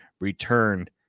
returned